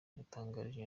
yatangarije